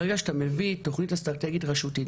ברגע שאתה מביא תוכנית אסטרטגית רשותית,